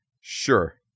Sure